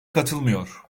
katılmıyor